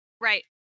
Right